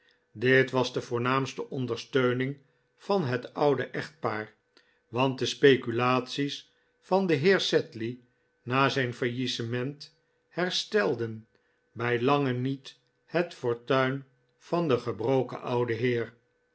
dit was de voornaamste ondersteuning van het oude echtpaar want de speculates van den heer sedley na zijn faillissement herstelden bijlange niet het fortuin van den gebroken ouden heer